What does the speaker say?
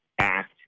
Act